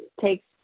takes